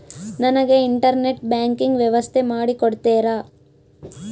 ನನಗೆ internet banking ವ್ಯವಸ್ಥೆ ಮಾಡಿ ಕೊಡ್ತೇರಾ?